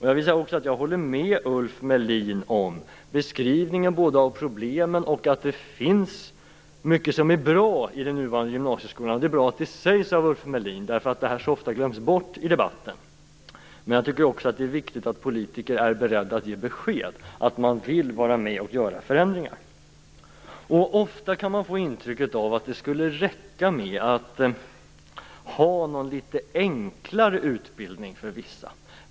Jag håller med Ulf Melin om beskrivningen av problemen och om att det finns mycket som är bra i den nuvarande gymnasieskolan. Det är bra att det sägs av Ulf Melin, eftersom det så ofta glöms bort i debatten. Men det är också viktigt att politiker är beredda att ge besked om att de vill vara med och göra förändringar. Man kan ofta få intryck av att det skulle räcka med en litet enklare utbildning för vissa.